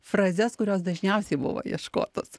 frazes kurios dažniausiai buvo ieškotos